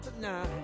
tonight